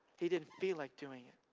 he didn't feel like doing it,